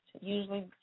usually